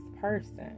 person